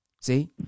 See